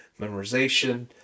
memorization